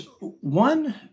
one